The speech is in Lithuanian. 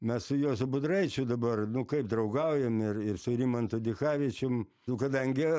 mes su juozu budraičiu dabar nu kaip draugaujam ir ir su rimantu dichavičium nu kadangi